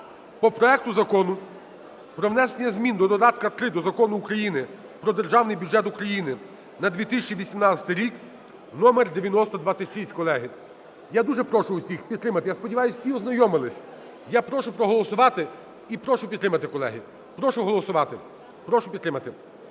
по проекту Закону про внесення зміни до додатка № 3 до Закону України "Про Державний бюджет України на 2018 рік" (№ 9026). Колеги, я дуже прошу усіх підтримати. Я сподіваюся, всі ознайомилися. Я прошу проголосувати і прошу підтримати, колеги. Прошу проголосувати. Прошу підтримати.